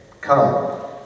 Come